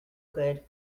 good